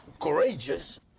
courageous